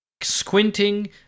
squinting